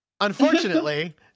Unfortunately